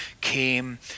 came